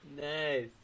Nice